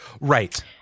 right